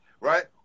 right